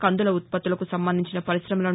కందుల ఉత్పత్తులకు సంబంధించిన పరిశ్రమలను